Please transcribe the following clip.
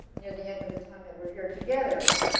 near the end of the time that we're here together,